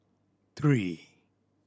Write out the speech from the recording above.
three